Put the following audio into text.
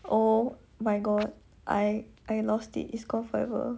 oh my god I I lost it's gone forever